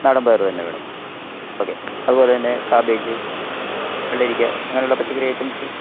നാടൻ പയർ തന്നെ വേണം ഓക്കേ അതുപോലെ തന്നെ കാബേജ് വെള്ളരിക്ക അങ്ങനെയുള്ള പച്ചക്കറി ഐറ്റംസ്